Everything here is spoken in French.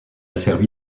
servi